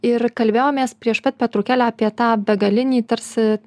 ir kalbėjomės prieš pat pertraukėlę apie tą begalinį tarsi